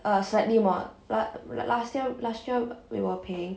uh slightly more la~ l~ last year last year we were paying